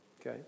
Okay